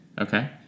Okay